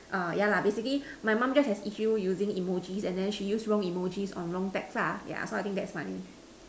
ah yeah lah basically my mum just has issues using emoji and then she use wrong emoji on wrong text lah yeah so I think that's funny